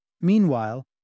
Meanwhile